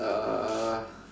uh